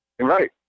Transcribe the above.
Right